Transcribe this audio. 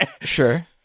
Sure